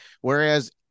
Whereas